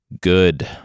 Good